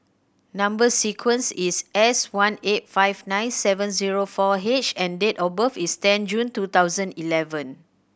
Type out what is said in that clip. number sequence is S one eight five nine seven zero four H and date of birth is ten June two thousand eleven